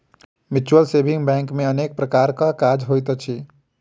mutual saving bank मे अनेक प्रकारक काज होइत अछि